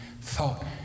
thought